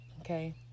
Okay